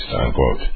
unquote